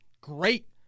great